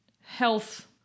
health